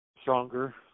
stronger